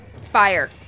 fire